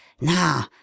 Now